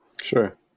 Sure